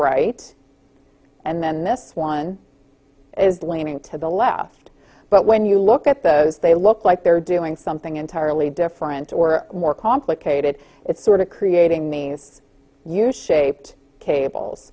right and then this one is leaning to the left but when you look at those they look like they're doing something entirely different or more complicated it's sort of creating these huge shaped cable